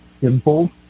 simple